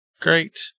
Great